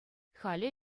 халӗ